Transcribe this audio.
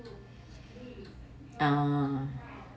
uh